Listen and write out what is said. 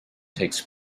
takes